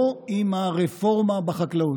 לא עם הרפורמה בחקלאות.